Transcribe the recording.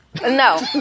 No